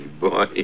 boy